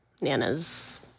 Nana's